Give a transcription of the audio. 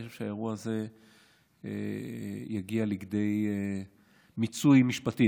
אני חושב שהאירוע הזה יגיע לכדי מיצוי משפטי,